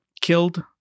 killed